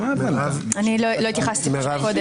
אני לא התייחסתי קודם.